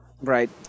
Right